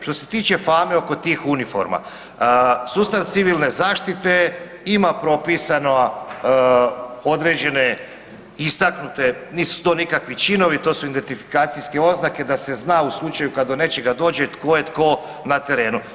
Što se tiče fame oko tih uniforma, sustav civilne zaštite ima propisano određene istaknute, nisu to nikakvi činovi to su identifikacijske oznake da se zna u slučaju kad do nečega dođe tko je tko na terenu.